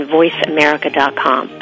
VoiceAmerica.com